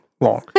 long